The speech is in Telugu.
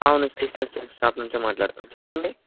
అవును స్టేషనరీ షాప్ నుంచే మాట్లాడుతున్నాను చెప్పండి